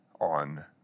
on